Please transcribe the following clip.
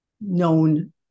known